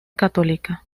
católica